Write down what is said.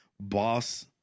boss